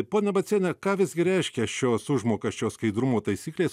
ponia baciene ką visgi reiškia šios užmokesčio skaidrumo taisyklės